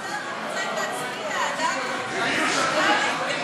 את הצעת חוק מס ערך מוסף (תיקון מס' 55),